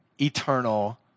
eternal